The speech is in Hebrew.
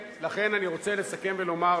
אני רוצה לסכם ולומר,